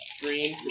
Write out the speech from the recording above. Green